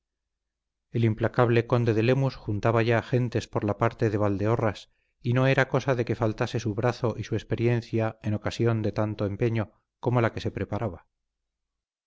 el implacable conde de lemus juntaba ya gentes por la parte de valdeorras y no era cosa de que faltase su brazo y su experiencia en ocasión de tanto empeño como la que se preparaba